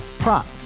Prop